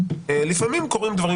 לפעמים קורים דברים